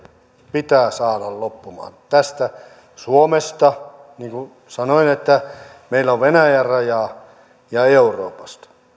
pitää saada loppumaan suomesta niin kuin sanoin että meillä on venäjän raja ja euroopasta